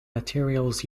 materials